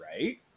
right